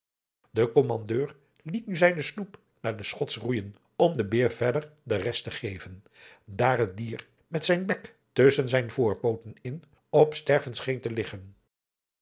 de kommandeur liet nu zijne sloep naar de schots roeijen om den beer verder de rest te geven daar het dier met zijn bek tusschen zijn voorpooten in op sterven scheen te liggen